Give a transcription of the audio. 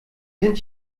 sind